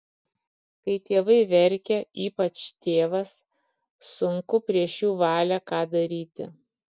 kai tėvai verkia ypač tėvas sunku prieš jų valią ką daryti